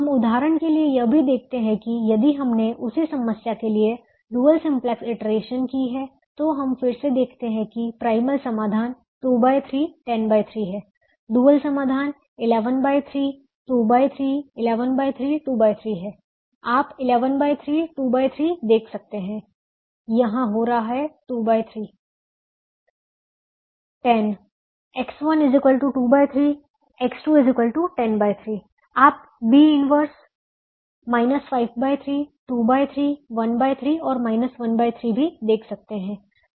हम उदाहरण के लिए यह भी देखते हैं कि यदि हमने उसी समस्या के लिए डुअल सिम्पलेक्स इटरेशन की हैं तो हम फिर से देखते हैं कि प्राइमल समाधान 23 103 है डुअल समाधान 113 23 113 23 है आप 113 23 देख सकते हैं यहाँ हो रहा है 23 10 X1 23 X2 10 3 आप B 1 5 3 23 13 और 1 3 भी देख सकते हैं